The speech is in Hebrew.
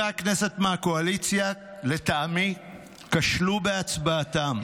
לטעמי, חברי הכנסת מהקואליציה כשלו בהצבעתם.